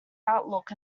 outlook